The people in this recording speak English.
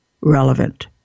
relevant